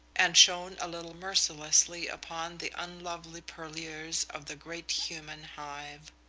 and shone a little mercilessly upon the unlovely purlieus of the great human hive.